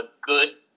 good